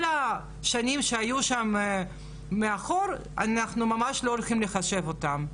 השנים שהיו שם מאחור אנחנו ממש לא הולכים לחשב אותן.